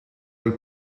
del